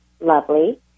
lovely